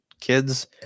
kids